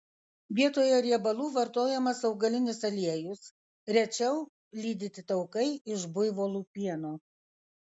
vietoje riebalų vartojamas augalinis aliejus rečiau lydyti taukai iš buivolų pieno